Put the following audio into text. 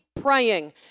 praying